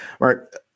Mark